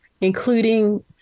including